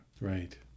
Right